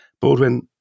Baldwin